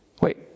Wait